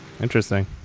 Interesting